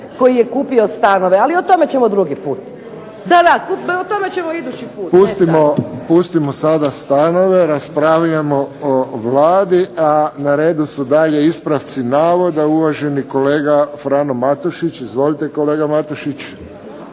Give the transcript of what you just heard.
koji je kupio stanove. Ali o tome ćemo drugi puta. O tome ćemo idući puta. **Friščić, Josip (HSS)** Pustimo sada stanove, raspravljamo o Vladi. A na redu su dalje ispravci navoda. Uvaženi kolega Frano Matušić. Izvolite kolega Matušić.